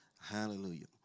hallelujah